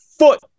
Foot